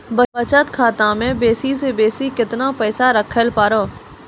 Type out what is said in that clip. बचत खाता म बेसी से बेसी केतना पैसा रखैल पारों?